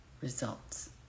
results